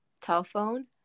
telephone